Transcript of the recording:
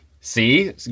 See